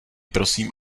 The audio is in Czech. prosím